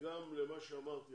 גם למה שאמרתי,